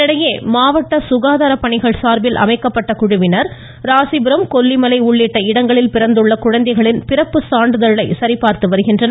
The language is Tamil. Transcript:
இதனிடையே மாவட்ட சுகாதார பணிகள் சார்பில் அமைக்கப்பட்டுள்ள குழுவினர் ராசிபுரம் கொல்லிமலை உள்ளிட்ட இடங்களில் பிறந்துள்ள குழந்தைகளின் பிறப்பு சான்றிதழை சரிபார்த்து வருகின்றனர்